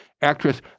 actress